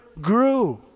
grew